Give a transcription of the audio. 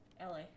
LA